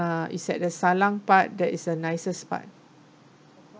uh it's at the salang part that is the nicest part